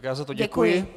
Já za to děkuji.